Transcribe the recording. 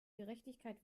gerechtigkeit